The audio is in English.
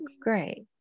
great